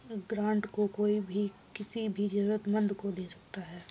grant को कोई भी किसी भी जरूरतमन्द को दे सकता है